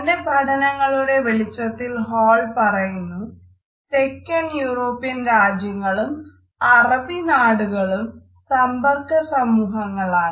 തന്റെ പഠനങ്ങളുടെ വെളിച്ചത്തിൽ ഹാൾ പറയുന്നു തെക്കൻ യൂറോപ്യൻ രാജ്യങ്ങളും അറബി നാടുകളും സമ്പർക്ക സമൂഹങ്ങളാണ്